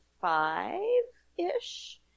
five-ish